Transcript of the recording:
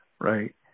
right